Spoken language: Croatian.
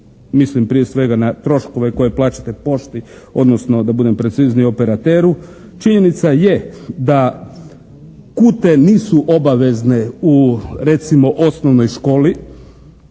Mislim prije svega na troškove koje plaćate pošti, odnosno da budem precizniji operateru. Činjenica je da kute nisu obavezne u recimo osnovnoj školi,